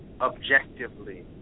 objectively